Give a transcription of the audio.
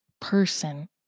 person